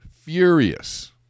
furious